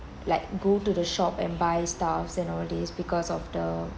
like go to the shop and buy stuff and all this because of the